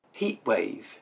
Heatwave